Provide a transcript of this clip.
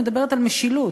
על משילות,